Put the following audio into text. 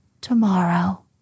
tomorrow